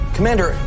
Commander